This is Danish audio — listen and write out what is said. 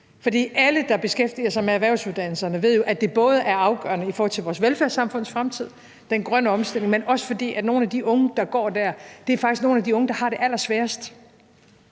for alle, der beskæftiger sig med erhvervsuddannelserne, ved jo, at det både er afgørende i forhold til vores velfærdssamfunds fremtid og den grønne omstilling, men også fordi nogle af de unge, der går der, faktisk er nogle af de unge, der har det allersværest.